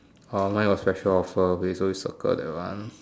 orh mine got special offer okay so we circle that one